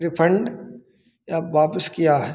refund या वापिस किया है